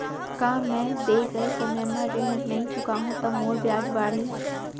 का मैं दे गए समय म ऋण नई चुकाहूँ त मोर ब्याज बाड़ही?